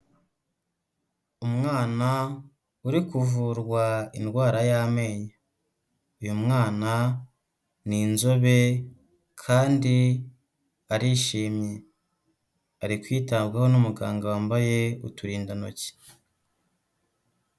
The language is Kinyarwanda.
Umwana uri kuvurwa indwara y'amenyo, uyu mwana ni inzobe kandi arishimye, ari kwitabwaho n'umuganga wambaye uturindantoki.